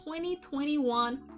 2021